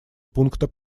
пункта